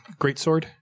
greatsword